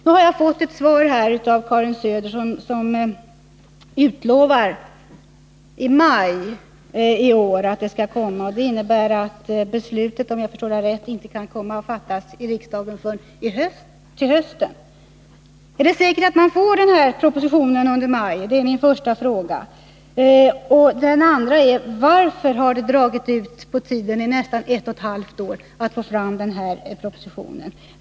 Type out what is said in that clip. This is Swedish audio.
Nu har jag fått ett svar av Karin Söder som utlovar att propositionen om barnomsorgen skall komma i maj i år. Detta innebär att beslutet, om jag har förstått det rätt, inte kan fattas i riksdagen förrän till hösten. Är det säkert att vi får den här propositionen under maj? Det är min första fråga. Den andra är: Varför har det dragit ut på tiden i nästan ett och ett halvt år för att få fram den här propositionen?